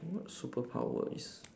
what superpower is